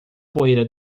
poeira